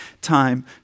time